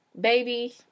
baby